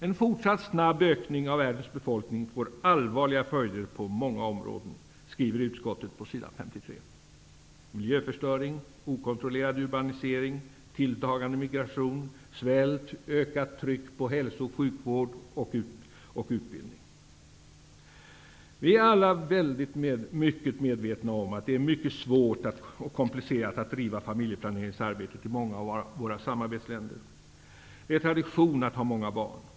''En fortsatt snabb ökning av världens befolkning får allvarliga följder på många områden'' skriver utskottet på s. 53 i betänkandet. Det rör sig om miljöförstöring, okontrollerad urbanisering, tilltagande migration, svält, ökat tryck på hälsooch sjukvård och utbildning. Vi är alla medvetna om att det är mycket svårt och komplicerat att driva familjeplaneringsarbete i många av våra samarbetsländer. Det är tradition att ha många barn.